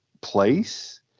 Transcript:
place